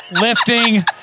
lifting